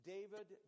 David